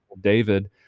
David